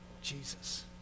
Jesus